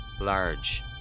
Large